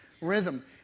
rhythm